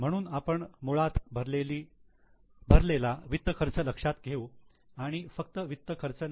म्हणून आपण मुळात भरलेला वित्त खर्च लक्षात घेऊ आणि फक्त वित्त खर्च नाही